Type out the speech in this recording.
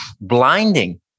blinding